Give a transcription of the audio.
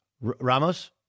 Ramos